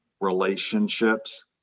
Relationships